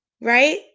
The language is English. right